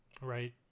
Right